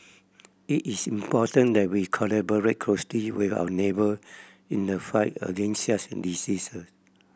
it is important that we collaborate closely with our neighbour in the fight against such in